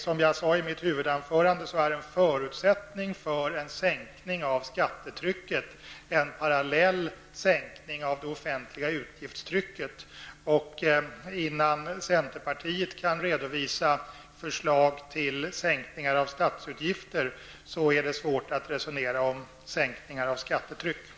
Som jag sade i mitt huvudanförande är en förutsättning för en sänkning av skattetrycket en parallell sänkning av det offentliga utgiftstrycket. Innan centerpartiet kan redovisa förslag till sänkningar av statsutgifter, är det svårt att resonera om sänkningar av skattetrycket.